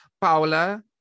paula